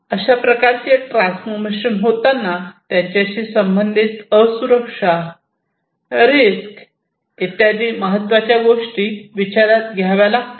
अशा प्रकारचे ट्रान्सफॉर्मेशन होताना त्याच्याशी संबंधित असुरक्षा रिस्क इत्यादी महत्त्वाच्या गोष्टी विचारात घ्याव्या लागतात